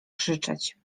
krzyczeć